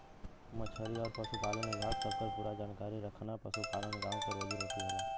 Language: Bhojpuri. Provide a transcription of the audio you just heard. मछरी आउर पसुपालन विभाग सबकर पूरा जानकारी रखना पसुपालन गाँव क रोजी रोटी होला